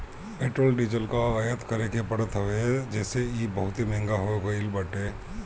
petrol diesel कअ आयात करे के पड़त हवे जेसे इ बहुते महंग हो गईल बाटे